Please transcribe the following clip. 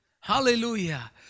Hallelujah